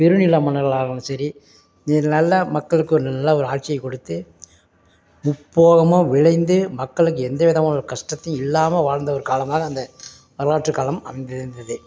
பெருநில மன்னர்களாகும் சரி இது நல்ல மக்களுக்கு ஒரு நல்ல ஒரு ஆட்சியை கொடுத்து முற்போகமும் விளைந்து மக்களுக்கு எந்த விதமான கஷ்டத்தையும் இல்லாமல் வாழ்ந்த ஒரு காலம் தாங்க அந்த வரலாற்றுக் காலம் அன்று இருந்தது